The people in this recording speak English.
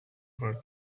her